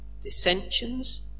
dissensions